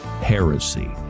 heresy